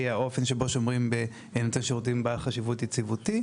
האופן שבו שומרים בנותן שירותים בעל חשיבות יציבותית.